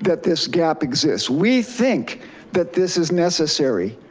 that this gap exists. we think that this is necessary.